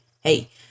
Hey